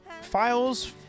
files